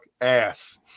ass